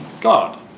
God